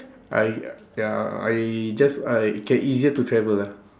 I uh ya I just I can easier to travel lah